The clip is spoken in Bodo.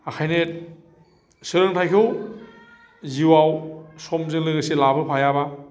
ओंखायनो सोलोंथायखौ जिउआव समजों लोगोसे लाबोफायाबा